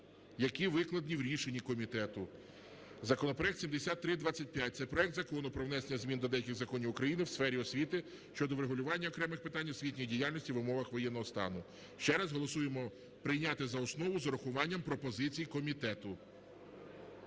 які викладені в рішенні комітету, законопроект 7325, це проект Закону про внесення змін до деяких законів України в сфері освіти щодо врегулювання окремих питань освітньої діяльності в умовах воєнного стану. Ще раз, голосуємо прийняти за основу з урахуванням пропозицій комітету.